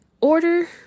order